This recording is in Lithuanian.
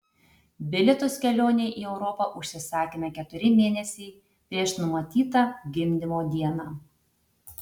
bilietus kelionei į europą užsisakėme keturi mėnesiai prieš numatytą gimdymo dieną